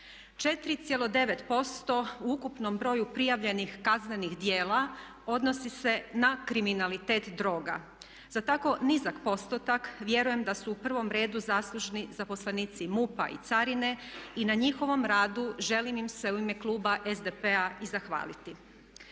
4,9% u ukupnom broju prijavljenih kaznenih djela odnosi se na kriminalitet droga. Za tako nizak postotak vjerujem da su u prvom redu zaslužni zaposlenici MUP-a i carine i na njihovom radu želim im se u ime kluba SDP-a i zahvaliti.